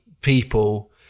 people